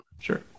Sure